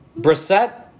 Brissette